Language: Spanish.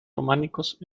románicos